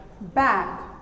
back